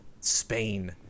Spain